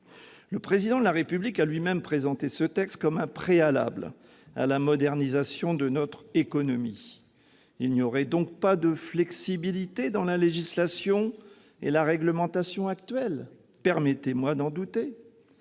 Le Président de la République a lui-même présenté ce texte comme un « préalable » à la modernisation de notre économie. Il n'y aurait donc pas de flexibilité dans la législation et la réglementation actuelles ? Permettez-moi d'en douter